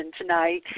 tonight